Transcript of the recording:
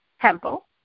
temple